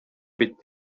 bit